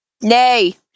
Nay